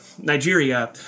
Nigeria